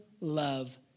love